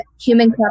human